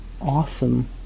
awesome